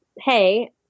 hey